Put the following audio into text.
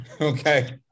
Okay